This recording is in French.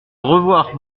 revoir